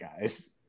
guys